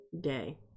day